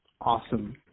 Awesome